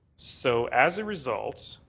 so as a result,